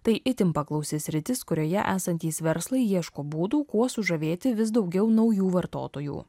tai itin paklausi sritis kurioje esantys verslai ieško būdų kuo sužavėti vis daugiau naujų vartotojų